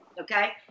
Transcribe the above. Okay